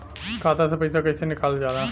खाता से पैसा कइसे निकालल जाला?